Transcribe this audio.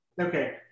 Okay